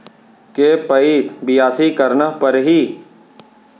के पइत बियासी करना परहि?